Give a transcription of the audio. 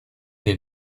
den